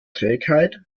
trägheit